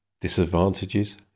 Disadvantages